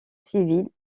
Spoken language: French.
civils